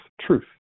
truth